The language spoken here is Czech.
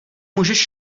můžeš